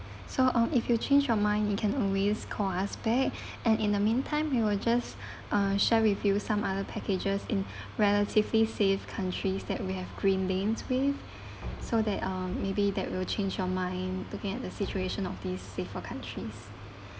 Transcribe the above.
so uh if you change your mind you can always call us back and in the meantime we were just uh share with you some other packages in relatively safe countries that we have green lanes with so that uh maybe that will change your mind looking at the situation of these safer countries